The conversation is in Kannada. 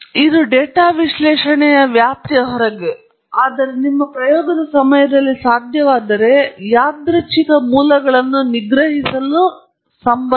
ಮತ್ತು ಸಾಮಾನ್ಯವಾಗಿ ನೀವು ಪ್ರಯೋಗದ ಪ್ರವೇಶವನ್ನು ಹೊಂದಿದ್ದರೆ ಇದು ಡೇಟಾ ವಿಶ್ಲೇಷಣೆಯ ವ್ಯಾಪ್ತಿಯ ಹೊರಗೆ ಆದರೆ ನಿಮ್ಮ ಪ್ರಯೋಗದ ಸಮಯದಲ್ಲಿ ಸಾಧ್ಯವಾದರೆ ಯಾದೃಚ್ಛಿಕ ಮೂಲಗಳನ್ನು ನಿಗ್ರಹಿಸಲು ಸಂಬಂಧಿಸಿದೆ